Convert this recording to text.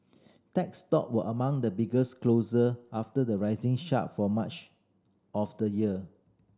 tech stock were among the biggest loser after the rising sharp for much of the year